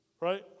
right